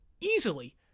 easily